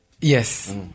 Yes